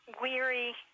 weary